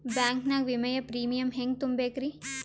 Bank ನಾಗ ವಿಮೆಯ premium ಹೆಂಗ್ ತುಂಬಾ ಬೇಕ್ರಿ?